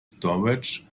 storage